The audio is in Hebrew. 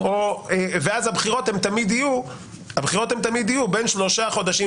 ואז הבחירות תמיד יהיו בין שלושה חודשים